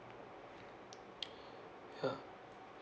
ya